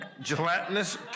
Gelatinous